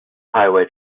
highway